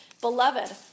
Beloved